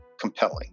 compelling